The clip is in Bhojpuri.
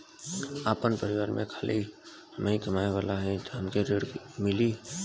आपन परिवार में खाली हमहीं कमाये वाला हई तह हमके ऋण मिली?